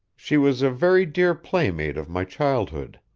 she was a very dear playmate of my childhood.